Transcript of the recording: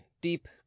deep